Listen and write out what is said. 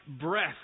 breath